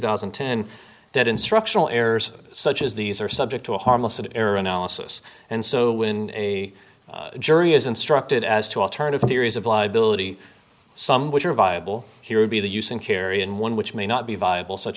thousand and ten that instructional errors such as these are subject to a harmless error analysis and so when a jury is instructed as to alternative theories of liability some which are viable here would be the use in carrying one which may not be viable such